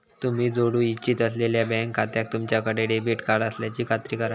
तुम्ही जोडू इच्छित असलेल्यो बँक खात्याक तुमच्याकडे डेबिट कार्ड असल्याची खात्री करा